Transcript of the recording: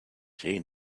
she